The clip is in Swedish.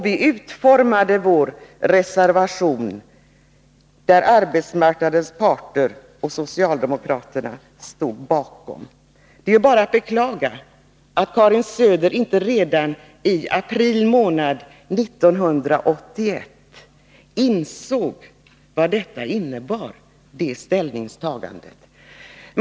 Vi skrev en reservation, som arbetsmarknadens parter och socialdemokraterna står bakom. Det är bara att beklaga att Karin Söder inte redan i april månad 1981 insåg vad det ställningstagandet innebar.